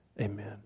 Amen